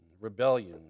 rebellion